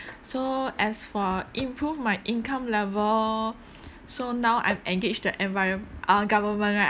so as for improve my income level so now I've engage the enviro~ uh government right